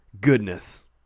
goodness